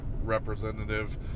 representative